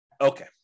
Okay